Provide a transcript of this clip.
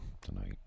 tonight